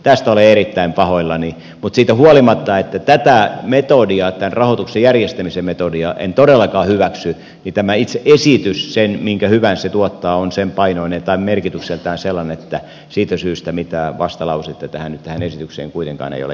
tästä olen erittäin pahoillani mutta siitä huolimatta että tätä metodia tämän rahoituksen järjestämisen metodia en todellakaan hyväksy niin tämä itse esitys minkä hyvän se tuottaa on merkitykseltään sellainen että siitä syystä mitään vastalausetta tähän esitykseen kuitenkaan ei ole jätetty